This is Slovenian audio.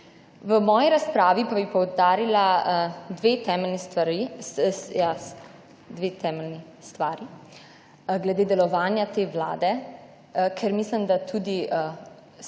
V moji razpravi, pa bi poudarila dve temeljni stvari glede delovanja te Vlade, ker mislim, da tudi